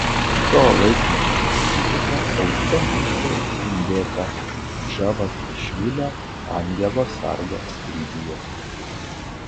to laikmečio specifika autentiškai atspindėta džavachišvilio angelo sargo skrydyje